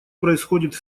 происходит